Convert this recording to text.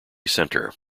centre